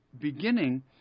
beginning